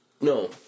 No